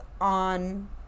on